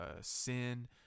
sin